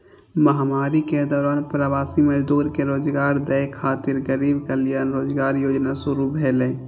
महामारी के दौरान प्रवासी मजदूर कें रोजगार दै खातिर गरीब कल्याण रोजगार योजना शुरू भेलै